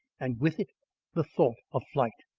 and with it the thought of flight.